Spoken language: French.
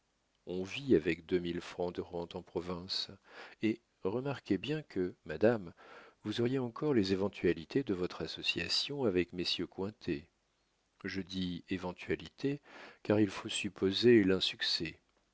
on vit avec deux mille francs de rente en province et remarquez bien que madame vous auriez encore les éventualités de votre association avec messieurs cointet je dis éventualités car il faut supposer l'insuccès